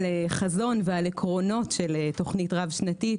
חזון ועל עקרונות של תוכנית רב-שנתית,